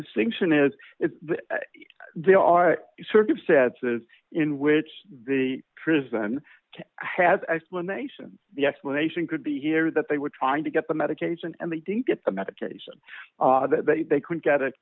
distinction is if there are circumstances in which the prison has explanation the explanation could be here that they were trying to get the medication and they didn't get the medication they could get it